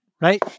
Right